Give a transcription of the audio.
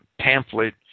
pamphlet